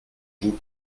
vous